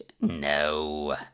No